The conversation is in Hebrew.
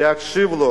להקשיב לו